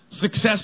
Success